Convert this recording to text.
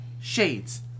Shades